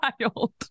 child